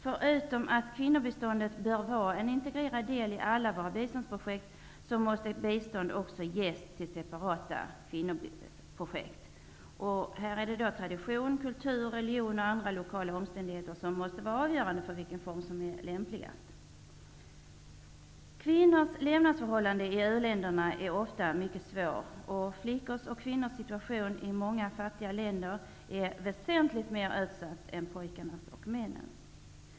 Förutom att kvinnobiståndet bör vara en integrerad del i alla våra biståndsprojekt måte bistånd också ges till separata kvinnoprojekt. Tradition, kultur, religion och andra lokala omständigheter måste vara avgörande för vilken form som är lämpligast. Kvinnors levnadsförhållanden i u-länderna är ofta mycket svåra och i många fattiga länder är flickors och kvinnors situation väsentligt mer utsatt än pojkars och mäns.